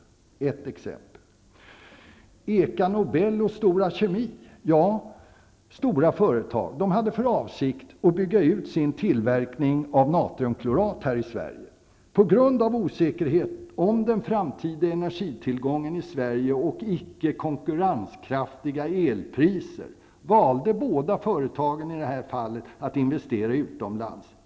Detta är ett exempel. Eka Nobel och Stora Kemi är två stora företag som hade för avsikt att bygga ut sin tillverkning av natriumklorat här i Sverige. På grund av osäkerhet om den framtida energitillgången i Sverige och på grund av icke konkurrenskraftiga elpriser valde båda företagen i det här fallet att investera utomlands.